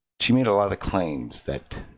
so i mean all ah the claims that